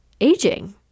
aging